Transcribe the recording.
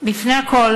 לפני הכול